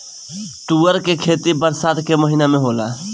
तूअर के खेती बरसात के महिना में होला